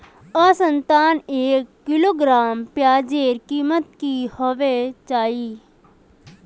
औसतन एक किलोग्राम प्याजेर कीमत की होबे चही?